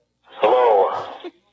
Hello